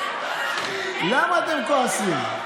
למה אתם כועסים?